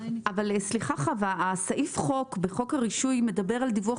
אבל סעיף החוק בחוק הרישוי מדבר על דיווח